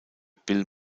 bill